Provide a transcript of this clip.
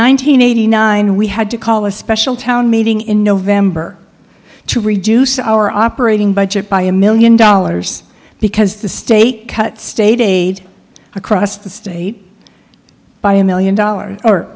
hundred eighty nine we had to call a special town meeting in november to reduce our operating budget by a million dollars because the state cut state aid across the state by a million dollars or